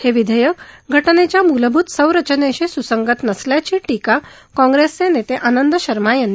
हे विधेयक घटनेच्या मूलभूत संरचनेशी सुसंगत नसल्याची टीका काँप्रेसचे नेते आनंद शर्मा यांनी केली